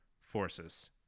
forces